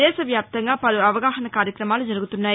దేశ వ్యాప్తంగా పలు అవగాహన కార్యక్రమాలు జరుగుతున్నాయి